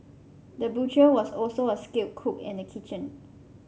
the butcher was also a skilled cook in the kitchen